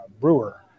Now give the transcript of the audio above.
brewer